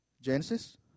Genesis